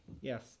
Yes